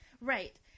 Right